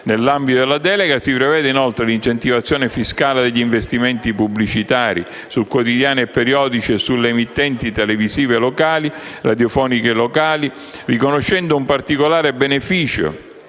Nell'ambito della delega si prevede inoltre l'incentivazione fiscale degli investimenti pubblicitari su quotidiani e periodici e sulle emittenti televisive e radiofoniche locali, riconoscendo un particolare beneficio